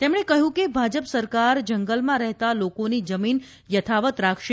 તેમણે કહ્યું કે ભાજપ સરકાર જંગલમાં રહેતા લોકોની જમીન યથાવત રાખશે